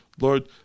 Lord